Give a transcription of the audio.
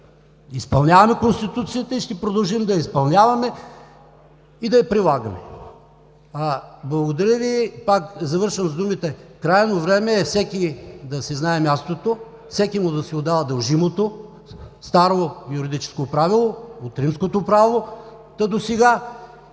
Изпълняваме Конституцията, ще продължим да я изпълняваме и да я прилагаме. Завършвам с думите: крайно време е всеки да си знае мястото, всекиму да се отдава дължимото – това е старо юридическо правило от римското право, та досега,